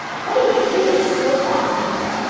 what did he do that was so bad, marilla?